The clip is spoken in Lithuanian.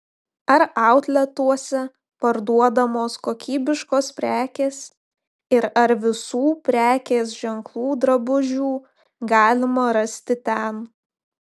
ar autletuose parduodamos kokybiškos prekės ir ar visų prekės ženklų drabužių galima rasti ten